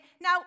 Now